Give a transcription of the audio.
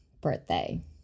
birthday